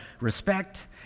respect